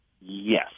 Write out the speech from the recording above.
Yes